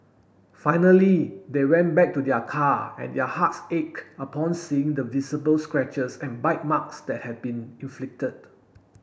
finally they went back to their car and their hearts ached upon seeing the visible scratches and bite marks that had been inflicted